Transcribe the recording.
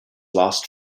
lost